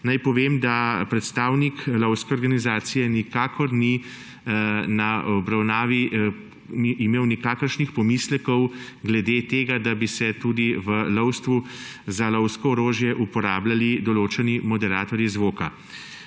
naj povem, da predstavnik Lovske organizacije nikakor ni na obravnavi imel nikakršnih pomislekov glede tega, da bi se tudi za lovsko orožje uporabljali določeni moderatorji zvoka,